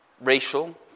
racial